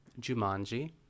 Jumanji